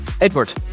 Edward